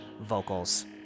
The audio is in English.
vocals